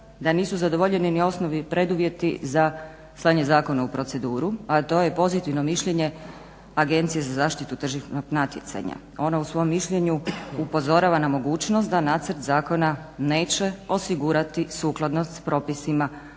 da nisu zadovoljeni ni osnovni preduvjeti za slanje zakona u proceduru, a to je pozitivno mišljenje Agencije za zaštitu tržišnog natjecanja. Ona u svom mišljenju upozorava na mogućnost da nacrt zakona neće osigurati sukladnost s propisima